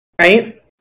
Right